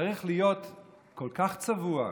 צריך להיות כל כך צבוע,